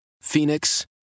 Phoenix